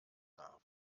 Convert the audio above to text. darf